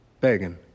Begging